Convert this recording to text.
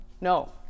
No